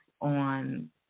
on